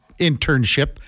internship